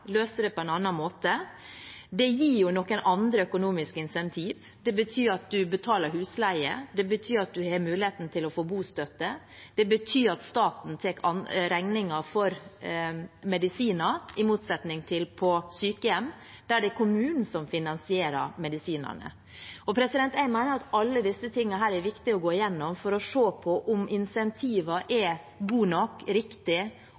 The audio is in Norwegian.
løse det på en annen måte. Det gir noen andre økonomiske incentiv. Det betyr at man betaler husleie. Det betyr at man har mulighet til å få bostøtte. Det betyr at staten tar regningen for medisiner, i motsetning til i sykehjem, der det er kommunen som finansierer medisinene. Jeg mener at alle disse tingene er det viktig å gå gjennom for å se på om